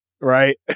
right